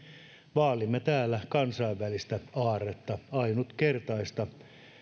vaalimme täällä kansainvälistä aarretta ainutkertaista